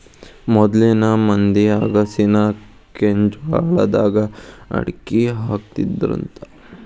ಮೊದ್ಲಿನ ಮಂದಿ ಅಗಸಿನಾ ಕೆಂಜ್ವಾಳದಾಗ ಅಕ್ಡಿಹಾಕತ್ತಿದ್ರಂತ